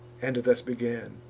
and thus began,